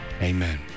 Amen